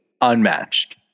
Unmatched